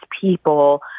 people